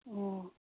ꯑꯣ